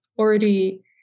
already